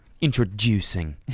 introducing